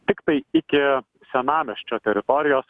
tiktai iki senamiesčio teritorijos